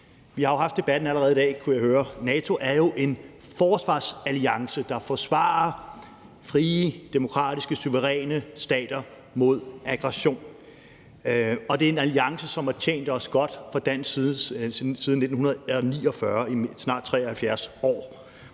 Vi har jo haft debatten allerede i dag, kunne jeg høre. NATO er jo en forsvarsalliance, der forsvarer frie demokratiske suveræne stater mod aggression, og det er en alliance, som har tjent os godt fra dansk side siden 1949, altså i snart 73 år,